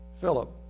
Philip